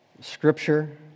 scripture